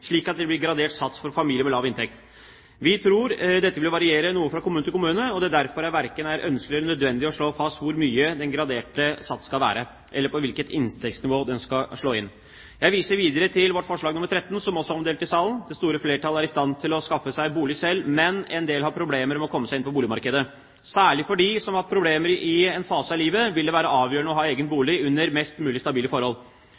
slik at det blir gradert sats for familier med lav inntekt. Vi tror dette vil variere noe fra kommune til kommune, og at det derfor verken er ønskelig eller nødvendig å slå fast hvor mye den graderte sats skal være, eller på hvilket inntektsnivå denne skal slå inn. Jeg viser videre til vårt forslag nr. 13, som også er omdelt i salen. Det store flertallet er i stand til å skaffe seg bolig selv, men en del har problemer med å komme seg inn på boligmarkedet. Særlig for dem som har hatt problemer i en fase av livet, vil det være avgjørende å ha egen bolig under mest mulig stabile forhold.